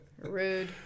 Rude